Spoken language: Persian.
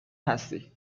هستی